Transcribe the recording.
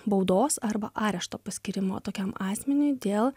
baudos arba arešto paskyrimo tokiam asmeniui dėl